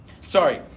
Sorry